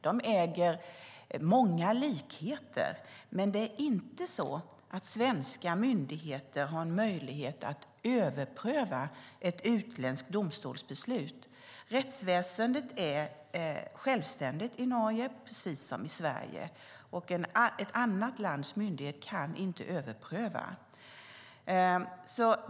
De har många likheter, men svenska myndigheter har ingen möjlighet att överpröva ett utländskt domstolsbeslut. Rättsväsendet är självständigt i Norge, precis som i Sverige, och ett annat lands myndighet kan som sagt inte överpröva.